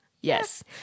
Yes